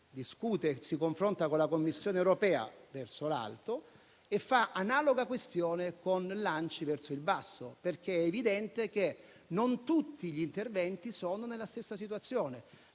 si confronta con la Commissione europea (verso l'alto) e fa lo stesso con l'ANCI (verso il basso), perché è evidente che non tutti gli interventi sono nella stessa situazione.